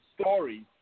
stories